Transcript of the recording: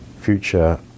future